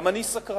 גם אני סקרן.